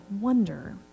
wonder